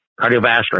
cardiovascular